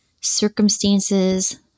circumstances